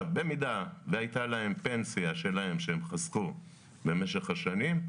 במידה והייתה להם פנסיה שלהם שהם חסכו במשך השנים,